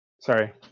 Sorry